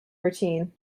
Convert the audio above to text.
routine